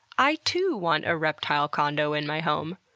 i too want a reptile condo in my home.